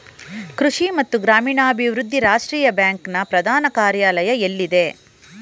ಕೃಷಿ ಮತ್ತು ಗ್ರಾಮೀಣಾಭಿವೃದ್ಧಿ ರಾಷ್ಟ್ರೀಯ ಬ್ಯಾಂಕ್ ನ ಪ್ರಧಾನ ಕಾರ್ಯಾಲಯ ಎಲ್ಲಿದೆ?